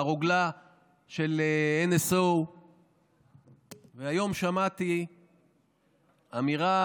הרוגלה של NSO. היום שמעתי אמירה